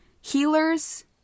healers